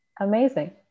Amazing